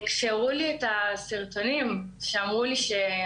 כשהראו לי את הסרטונים, כשאמרו לי שצולמתי